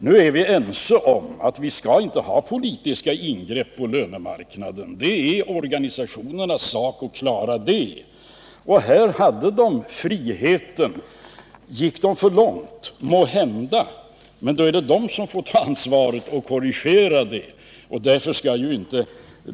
Vi är ense om att vi inte skall ha politiska ingrepp på lönemarknaden. Det är organisationernas sak att klara det. Här hade de friheten. Gick de för långt? Måhända. Men då är det de som får ta ansvaret och korrigera det.